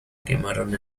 quemaron